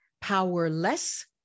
powerless